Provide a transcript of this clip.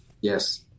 Yes